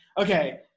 okay